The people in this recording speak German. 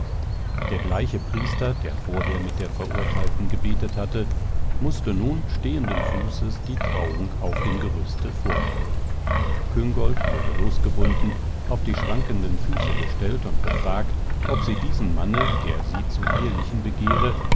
der gleiche priester der vorher mit der verurteilten gebetet hatte mußte nun stehenden fußes die trauung auf dem gerüste vornehmen küngolt wurde losgebunden auf die schwankenden füße gestellt und befragt ob sie diesem manne der sie zu ehelichen begehre